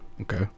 Okay